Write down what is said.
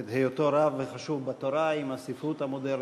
את היותו רב וחשוב בתורה עם הספרות המודרנית,